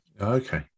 Okay